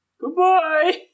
Goodbye